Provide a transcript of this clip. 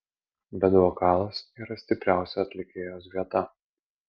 bek vokalas yra stipriausia atlikėjos vieta